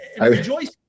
rejoice